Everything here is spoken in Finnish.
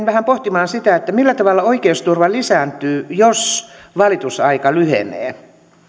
vähän pohtimaan sitä millä tavalla oikeusturva lisääntyy jos valitusaika lyhenee